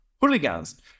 hooligans